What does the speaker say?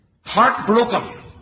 heartbroken